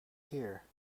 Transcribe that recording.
here